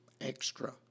extra